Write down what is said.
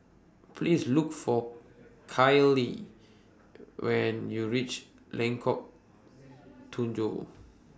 Please Look For Kylie when YOU REACH Lengkok Tujoh